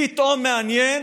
פתאום מעניין